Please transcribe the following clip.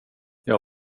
jag